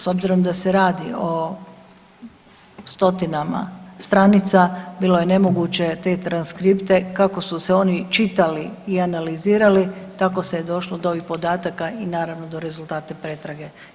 S obzirom da se radi o stotinama stranica, bilo je nemoguće te transkripte, kako su se oni čitali i analizirali, tako se je došlo do ovih podataka i naravno, do rezultata pretrage.